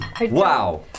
Wow